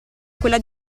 quella